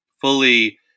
fully